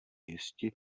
jisti